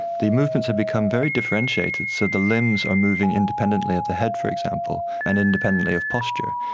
the movements have become very differentiated, so the limbs are moving independently of the head, for example, and independently of posture.